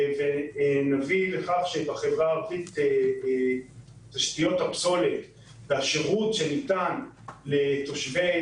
כדי שבחברה הערבית תשתיות הפסולת והשירות שניתן לתושבי